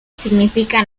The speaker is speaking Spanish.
significa